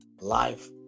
Life